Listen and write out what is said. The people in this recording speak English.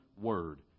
word